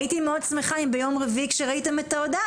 הייתי מאוד שמחה אם ביום רביעי כשראיתם את ההודעה